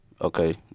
Okay